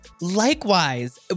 Likewise